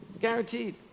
Guaranteed